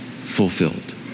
fulfilled